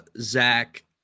Zach